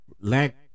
lack